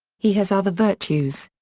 he has other virtues.